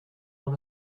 dans